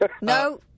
No